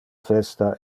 festa